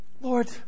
Lord